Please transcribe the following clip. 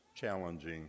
challenging